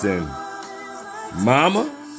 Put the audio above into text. Mama